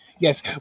Yes